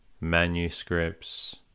manuscripts